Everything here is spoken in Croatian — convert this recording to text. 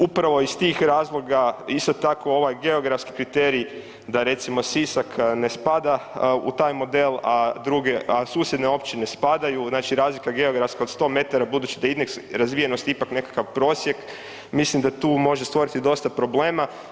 Upravo iz tih razloga isto tako ovaj geografski kriterij da recimo Sisak ne spada u taj model, a susjedne općine spadaju, znači razlika geografska od 100 metara budući da indeks razvijenosti ipak nekakav prosjek, mislim da tu može stvoriti dosta problema.